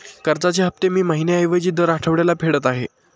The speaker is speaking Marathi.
कर्जाचे हफ्ते मी महिन्या ऐवजी दर आठवड्याला फेडत आहे